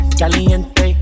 caliente